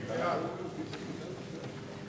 ההצעה להעביר את הנושא לוועדת הפנים והגנת הסביבה נתקבלה.